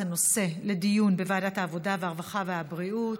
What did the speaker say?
הנושא לדיון בוועדת העבודה, הרווחה והבריאות?